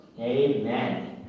Amen